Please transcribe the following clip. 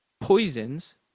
Poisons